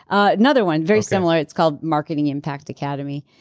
another one, very similar. it's called marketing impact academy.